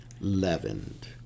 leavened